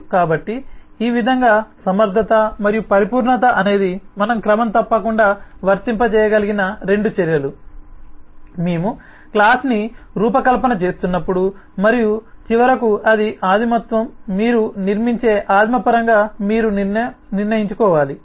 కాబట్టి ఈ విధంగా సమర్ధత మరియు పరిపూర్ణత అనేది మనం క్రమం తప్పకుండా వర్తింపజేయవలసిన రెండు చర్యలు మేము క్లాస్ ని రూపకల్పన చేస్తున్నప్పుడు మరియు చివరకు అది ఆదిమత్వం మీరు నిర్మించే ఆదిమ పరంగా మీరు నిర్ణయించుకోవాలి